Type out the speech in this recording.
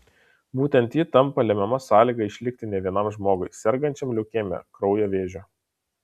būtent ji tampa lemiama sąlyga išlikti ne vienam žmogui sergančiam leukemija kraujo vėžiu